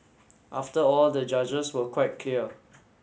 after all the judges were quite clear